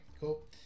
cool